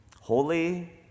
holy